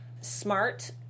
smart